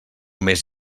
mes